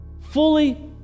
fully